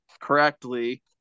correctly